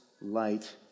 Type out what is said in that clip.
light